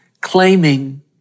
claiming